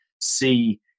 see